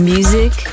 Music